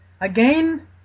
again